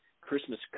Christmas